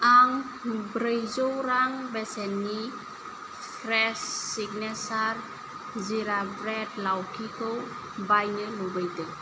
आं ब्रैजौ रां बेसेननि फ्रेस सिगनेसार जिरा ब्रेड लाउथिखौ बायनो लुबैदो